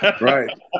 Right